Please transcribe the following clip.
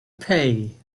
pay